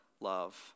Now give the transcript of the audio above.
love